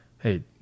Hey